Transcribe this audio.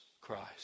Christ